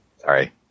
Sorry